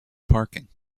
parking